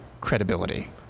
credibility